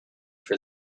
for